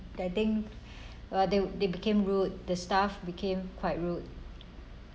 I think uh they they became rude the staff became quite rude